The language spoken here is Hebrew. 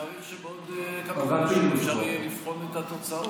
אני מעריך שבעוד כמה חודשים אפשר יהיה לבחון את התוצאות.